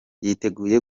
yiteguye